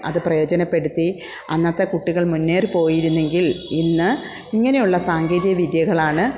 അത് പ്രയോജനപ്പെടുത്തി അന്നത്തെ കുട്ടികൾ മുന്നേറി പോയിരുന്നെങ്കിൽ ഇന്ന് ഇങ്ങനെ ഉള്ള സാങ്കേതിക വിദ്യകളാണ്